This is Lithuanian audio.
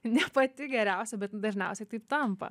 ne pati geriausia bet dažniausiai tai tampa